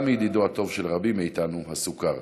גם מידידו הטוב של רבים מאיתנו, הסוכר.